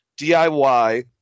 DIY